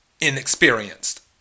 Inexperienced